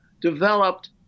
developed